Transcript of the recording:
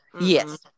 Yes